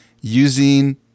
using